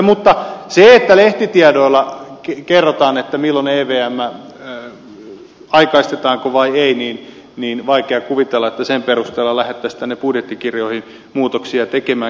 mutta jos lehtitiedoilla kerrotaan aikaistetaanko evm vai ei niin on vaikea kuvitella että sen perusteella lähdettäisiin tänne budjettikirjoihin muutoksia tekemään